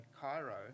Cairo